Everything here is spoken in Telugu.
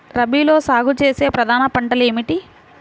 రబీలో సాగు చేసే ప్రధాన పంటలు ఏమిటి?